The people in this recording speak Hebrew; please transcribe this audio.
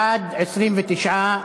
בעד, 29,